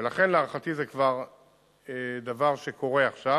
ולכן, להערכתי, זה כבר דבר שקורה עכשיו.